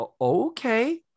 Okay